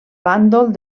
bàndol